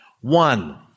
One